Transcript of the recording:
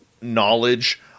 knowledge